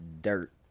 dirt